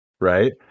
right